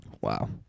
wow